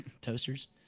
Toasters